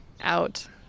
out